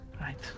Right